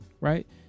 Right